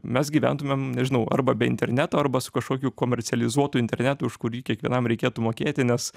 mes gyventumėm nežinau arba be interneto arba su kažkokiu komercializuotu internetu už kurį kiekvienam reikėtų mokėti nes